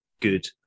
good